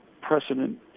Precedent